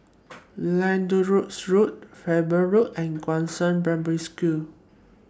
Lyndhurst Road Faber Road and Gongshang Primary School